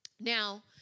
Now